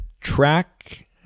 track